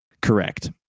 Correct